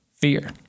fear